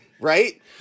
right